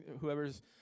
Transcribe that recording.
whoever's